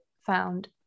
found